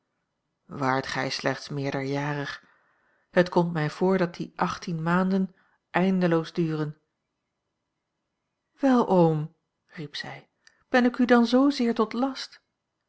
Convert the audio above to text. waart gij slechts meerderjarig het komt mij voor dat die achttien maanden eindeloos duren wel oom riep zij ben ik u dan zoozeer tot last